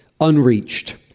Unreached